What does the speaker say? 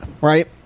Right